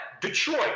Detroit